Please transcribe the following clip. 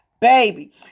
baby